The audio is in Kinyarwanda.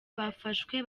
bafashwe